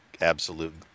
absolute